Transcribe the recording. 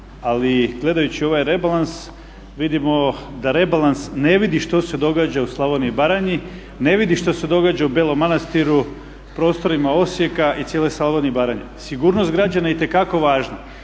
ali gledajući ovaj rebalans vidimo da rebalans ne vidi što se događa u Slavoniji i Baranji, ne vidi što se događa u Belom Manastiru na prostorima Osijeka i cijele Slavonije i Baranje. Sigurnost građana je itekako važna.